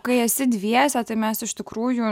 kai esi dviese tai mes iš tikrųjų